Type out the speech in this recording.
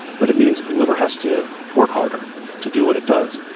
but it means that the liver has to work harder to do what it does.